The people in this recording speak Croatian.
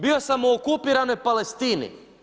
Bio sam u okupiranoj Palestini.